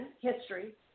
history